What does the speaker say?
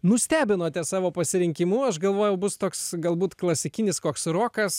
nustebinote savo pasirinkimu aš galvojau bus toks galbūt klasikinis koks rokas